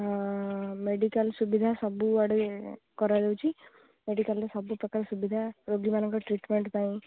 medical ସୁବିଧା ସବୁଆଡ଼େ କରାଯାଉଛି ମେଡ଼ିକାଲ୍ରେ ସବୁ ପ୍ରକାର ସୁବିଧା ରୋଗୀମାନଙ୍କ ଟ୍ରିଟ୍ମେଣ୍ଟ୍ ପାଇଁ